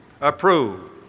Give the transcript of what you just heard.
Approve